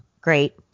Great